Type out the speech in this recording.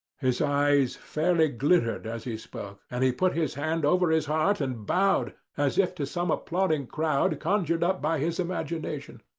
his eyes fairly glittered as he spoke, and he put his hand over his heart and bowed as if to some applauding crowd conjured up by his imagination.